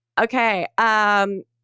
Okay